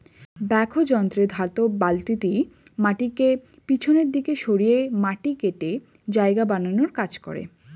backhoe যন্ত্রে ধাতব বালতিটি মাটিকে পিছনের দিকে সরিয়ে মাটি কেটে জায়গা বানানোর কাজ করে